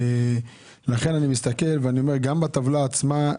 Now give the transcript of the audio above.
אני מסתכל ואני אומר שגם בטבלה עצמה,